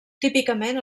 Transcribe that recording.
típicament